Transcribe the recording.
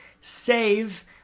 save